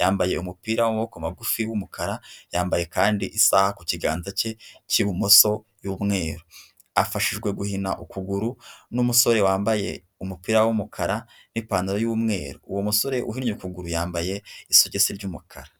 yambaye umupira w'maboko magufi w'umukara yambaye kandi isaha ku kiganza cye cy'ibumoso y'umweru afashijwe guhina ukuguru n'umusore wambaye umupira w'umukara n'ipantaro y'umweru uwo musore uhinnye ukuguru yambaye isogisi ry'umukara.